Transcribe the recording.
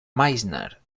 meisner